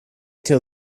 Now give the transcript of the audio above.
till